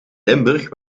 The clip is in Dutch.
limburg